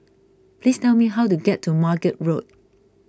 please tell me how to get to Margate Road